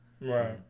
Right